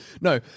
No